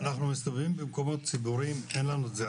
אנחנו מסתובבים במקומות ציבוריים שאין לנו את זה.